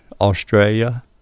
Australia